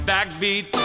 Backbeat